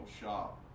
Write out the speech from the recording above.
shop